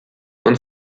und